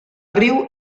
riu